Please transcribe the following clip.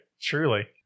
Truly